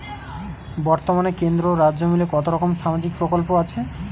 বতর্মানে কেন্দ্র ও রাজ্য মিলিয়ে কতরকম সামাজিক প্রকল্প আছে?